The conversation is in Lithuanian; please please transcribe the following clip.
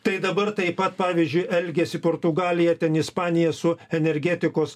tai dabar taip pat pavyzdžiui elgiasi portugalija ten ispanija su energetikos